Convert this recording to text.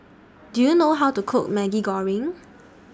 Do YOU know How to Cook Maggi Goreng